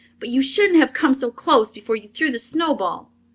but you shouldn't have come so close before you threw the snowball.